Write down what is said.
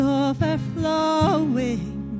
overflowing